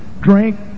drink